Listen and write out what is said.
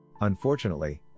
Unfortunately